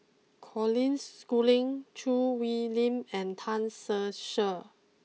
Colin Schooling Choo Hwee Lim and Tan Ser Cher